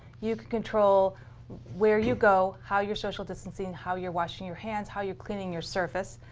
you can control where you go, how you're social distancing, how you're washing your hands, how you're cleaning your surface.